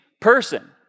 person